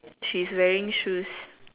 she's wearing shoes